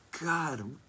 God